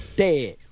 dead